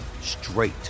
straight